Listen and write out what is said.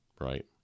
right